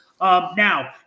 Now